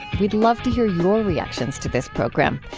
we'd love to hear your reactions to this program.